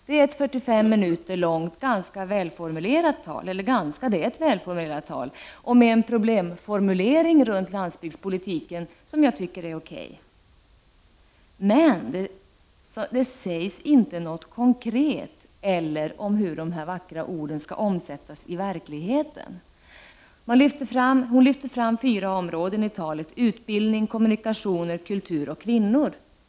Det är ett 45 minuter långt och välformulerat tal, med en problemformulering om landsbygdspolitiken som är okej, men det sägs inte något konkret eller något om hur de vackra orden skall omsättas i verkligheten. Hon lyfter fram fyra områden i talet: utbildning, kommunikationer, kultur och kvinnor.